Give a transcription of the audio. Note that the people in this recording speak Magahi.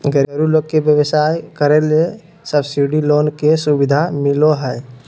गरीब लोग के व्यवसाय करे ले सब्सिडी लोन के सुविधा मिलो हय